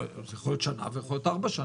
זה יכול להיות שנה ויכול להיות ארבע שנים.